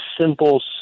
simple